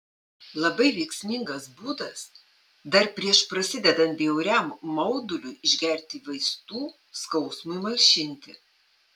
labai veiksmingas būdas dar prieš prasidedant bjauriam mauduliui išgerti vaistų skausmui malšinti